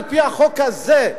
על-פי החוק הזה,